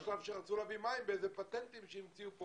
היה איזה שלב שרצו להביא מים על ידי פטנטים שהמציאו פה